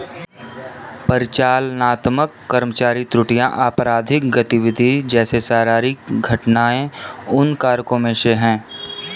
परिचालनात्मक कर्मचारी त्रुटियां, आपराधिक गतिविधि जैसे शारीरिक घटनाएं उन कारकों में से है